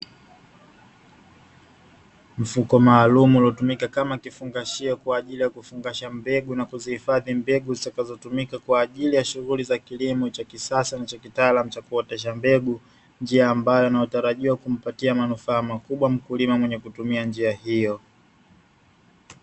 Mfuko maalumu uliotumika kama kifungashio kwa ajili ya kufungasha mbegu, na kuzihifadhi mbegu zitakazotumika kwa ajili ya shughuli kilimo cha kisasa na cha kitaalamu cha kuotesha mbegu. Njia ambayo inayotarajiwa kumpatia manufaa makubwa mkulima mwenye kutimia mbegu hiyo.